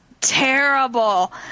terrible